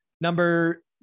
Number